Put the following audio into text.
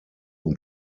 und